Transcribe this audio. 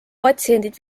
patsiendid